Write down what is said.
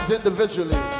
individually